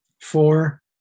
four